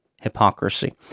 hypocrisy